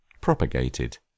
Propagated